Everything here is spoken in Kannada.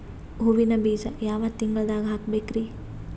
ಹೂವಿನ ಬೀಜ ಯಾವ ತಿಂಗಳ್ದಾಗ್ ಹಾಕ್ಬೇಕರಿ?